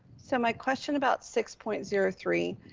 so my question about six point zero three,